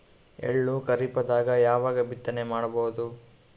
ಎಳ್ಳು ಖರೀಪದಾಗ ಯಾವಗ ಬಿತ್ತನೆ ಮಾಡಬಹುದು?